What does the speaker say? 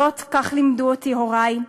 זאת, כך לימדו אותי הורי,